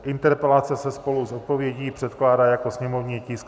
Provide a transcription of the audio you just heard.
Interpelace se spolu s odpovědí předkládá jako sněmovní tisk 770.